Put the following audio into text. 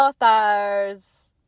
authors